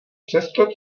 přesto